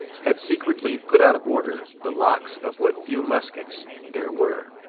had secretly put out of order the locks of what few muskets there were.